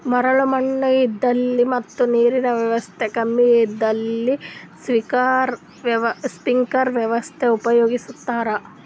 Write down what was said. ಮರಳ್ ಮಣ್ಣ್ ಇದ್ದಲ್ಲಿ ಮತ್ ನೀರಿನ್ ವ್ಯವಸ್ತಾ ಕಮ್ಮಿ ಇದ್ದಲ್ಲಿ ಸ್ಪ್ರಿಂಕ್ಲರ್ ವ್ಯವಸ್ಥೆ ಉಪಯೋಗಿಸ್ತಾರಾ